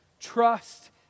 trust